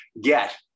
get